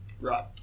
Right